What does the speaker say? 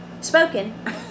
Spoken